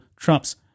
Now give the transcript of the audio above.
Trump's